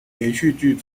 连续剧